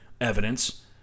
evidence